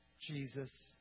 Jesus